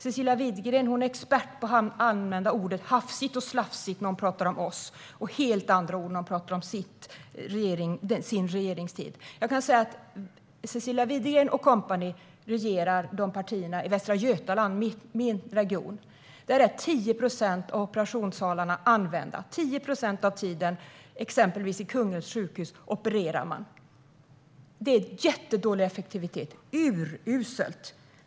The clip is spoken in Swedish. Cecilia Widgren är expert på att använda orden "hafsigt" och "slafsigt" när hon pratar om oss och helt andra ord när hon pratar om sin regerings tid. Cecilia Widegren och kompanis partier regerar i Västra Götaland, min region. Där används tio procent av operationssalarna. På exempelvis Kungälvs sjukhus opererar man tio procent av tiden. Det är jättedålig effektivitet - urusel!